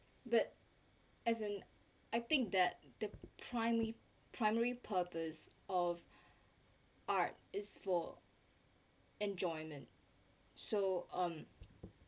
but as in I think that the primary primary purpose of art is for enjoyment so um